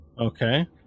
Okay